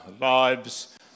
lives